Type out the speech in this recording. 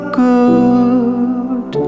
good